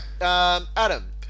Adam